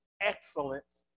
excellence